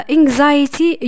anxiety